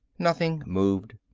nothing moved.